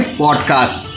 podcast